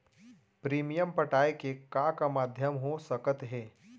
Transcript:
Premium पटाय के का का माधयम हो सकत हे?